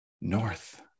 North